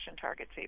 targets